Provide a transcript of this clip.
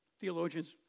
Theologians